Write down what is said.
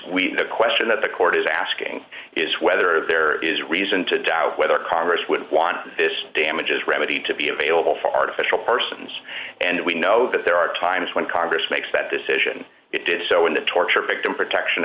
we the question that the court is asking is whether there is reason to doubt whether congress would want this damages remedy to be available for artificial persons and we know that there are times when congress makes that decision it did so in the torture victim protection